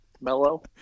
Mellow